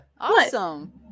awesome